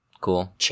Cool